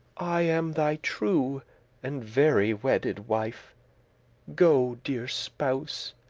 i am thy true and very wedded wife go, deare spouse,